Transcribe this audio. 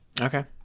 Okay